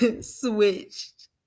switched